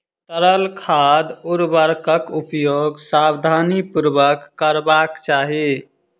तरल खाद उर्वरकक उपयोग सावधानीपूर्वक करबाक चाही